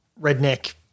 redneck